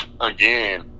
again